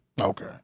Okay